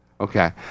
Okay